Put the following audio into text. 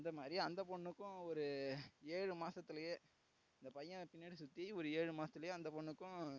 அந்தமாதிரி அந்த பொண்ணுக்கும் ஒரு ஏழு மாதத்துலே அந்த பையன் பின்னாடி சுற்றி ஒரு ஏழு மாதத்துலே அந்த பொண்ணுக்கும்